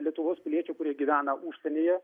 lietuvos piliečių kurie gyvena užsienyje